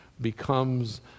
becomes